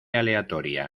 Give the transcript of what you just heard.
aleatoria